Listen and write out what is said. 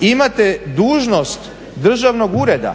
Imate dužnost državnog ureda